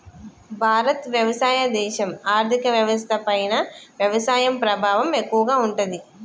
భారత్ వ్యవసాయ దేశం, ఆర్థిక వ్యవస్థ పైన వ్యవసాయ ప్రభావం ఎక్కువగా ఉంటది